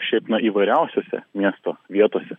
šiaip na įvairiausiose miesto vietose